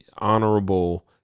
honorable